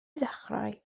ddechrau